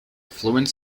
affluent